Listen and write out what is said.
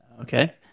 Okay